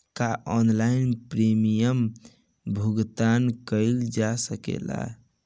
का online premium भुगतान कईल जा सकेला?